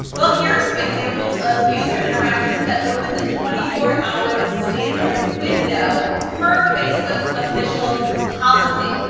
well, here are some examples of user interactions that open the twenty four hour standard window per facebook's official policy.